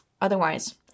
Otherwise